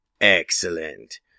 excellent